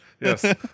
yes